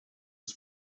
his